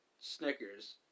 Snickers